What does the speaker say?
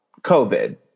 COVID